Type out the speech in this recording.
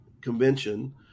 Convention